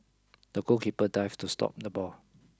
the goalkeeper dived to stop the ball